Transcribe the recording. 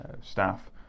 staff